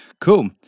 Cool